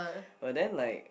but then like